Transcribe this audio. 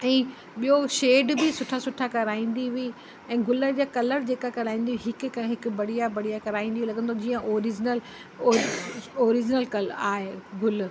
ऐं ॿियो शेड टूटता बि सुठा सुठा कराईंदी हुई ऐं गुल जा कलर जेका कराईंदी हिक खां हिकु बढ़िया बढ़िया कराईंदी लॻंदो हो जीअं ऑर्जिनल ओर्जि ऑर्जिनल कलर आहे गुल